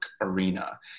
arena